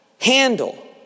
handle